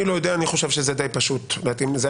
אני חושב שזה די חשוב להתאים את זה.